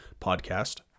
podcast